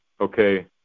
okay